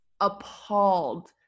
appalled